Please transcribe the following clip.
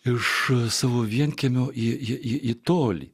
iš savo vienkiemio į tolį